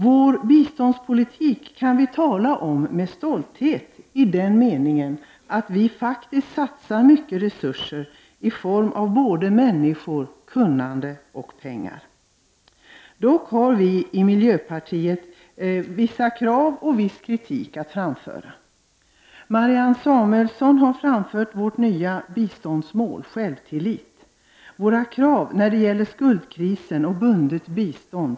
Vår biståndspolitik kan vi tala om med stolthet i den meningen att vi faktiskt satsar stora resurser i form av både människor, kunnande och pengar. Dock har vi i miljöpartiet vissa krav och viss kritik att framföra. Marianne Samuelsson har redogjort för vårt nya biståndsmål, självtillit, våra krav vad gäller skuldkrisen och bundet bistånd.